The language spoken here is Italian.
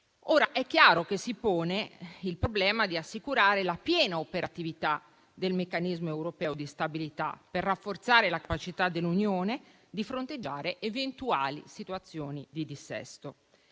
Ora, è chiaro che si pone il problema di assicurare la piena operatività del meccanismo europeo di stabilità per rafforzare la capacità dell'Unione di fronteggiare eventuali situazioni di dissesto.